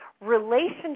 relationship